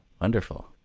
Wonderful